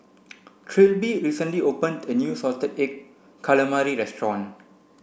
Trilby recently opened a new salted egg calamari restaurant